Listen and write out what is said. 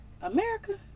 America